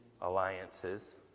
alliances